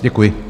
Děkuji.